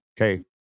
okay